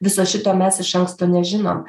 viso šito mes iš anksto nežinom